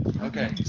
Okay